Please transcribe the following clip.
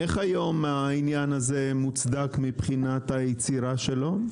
איך היום העניין הזה מוצדק מבחינת היצירה שלו?